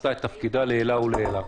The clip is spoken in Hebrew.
עשתה את תפקידה לעילא ולעילא.